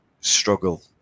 struggle